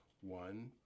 One